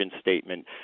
statement